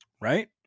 Right